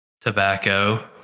Tobacco